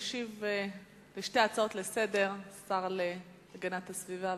ישיב על שתי ההצעות לסדר-היום השר להגנת הסביבה,